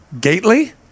Gately